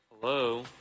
Hello